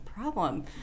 problem